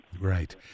Right